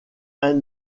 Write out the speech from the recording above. and